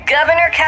Governor